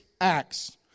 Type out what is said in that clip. acts